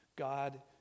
God